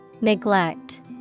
Neglect